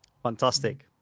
Fantastic